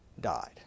died